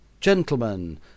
Gentlemen